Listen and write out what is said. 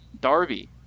Darby